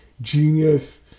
genius